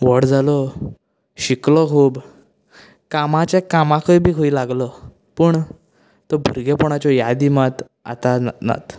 व्हड जालो शिकलो खूब कामाचें कामाकय बी खंय लागलो पूण त्यो भुरगेपणाच्यों यादी मात आतां नात